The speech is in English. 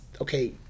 okay